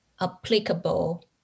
applicable